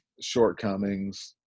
shortcomings